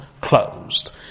closed